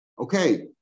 okay